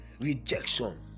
rejection